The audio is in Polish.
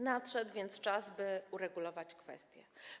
Nadszedł więc czas, by uregulować tę kwestię.